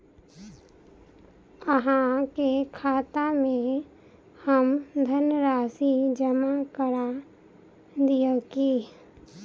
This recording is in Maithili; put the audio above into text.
अहाँ के खाता में हम धनराशि जमा करा दिअ की?